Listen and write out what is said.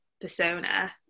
persona